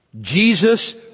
Jesus